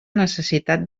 necessitat